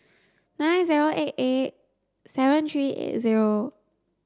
nine zero eight eight seven three eight zero